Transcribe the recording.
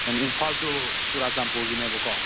ꯏꯝꯐꯥꯜ ꯇꯨ ꯆꯨꯔꯆꯥꯟꯄꯨꯔꯒꯤꯅꯦꯕꯀꯣ